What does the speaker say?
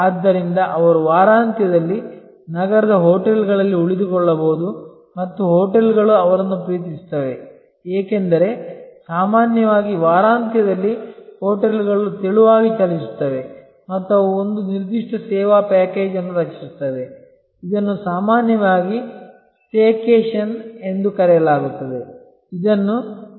ಆದ್ದರಿಂದ ಅವರು ವಾರಾಂತ್ಯದಲ್ಲಿ ನಗರದ ಹೋಟೆಲ್ನಲ್ಲಿ ಉಳಿದುಕೊಳ್ಳಬಹುದು ಮತ್ತು ಹೋಟೆಲ್ಗಳು ಅವರನ್ನು ಪ್ರೀತಿಸುತ್ತವೆ ಏಕೆಂದರೆ ಸಾಮಾನ್ಯವಾಗಿ ವಾರಾಂತ್ಯದಲ್ಲಿ ಹೋಟೆಲ್ಗಳು ತೆಳುವಾಗಿ ಚಲಿಸುತ್ತವೆ ಮತ್ತು ಅವು ಒಂದು ನಿರ್ದಿಷ್ಟ ಸೇವಾ ಪ್ಯಾಕೇಜ್ ಅನ್ನು ರಚಿಸುತ್ತವೆ ಇದನ್ನು ಸಾಮಾನ್ಯವಾಗಿ ಸ್ಟೇಕೇಷನ್ ಎಂದು ಕರೆಯಲಾಗುತ್ತದೆ ಇದನ್ನು ವಿಹಾರಕ್ಕೆ ose ಹಿಸಿಕೊಳ್ಳಿ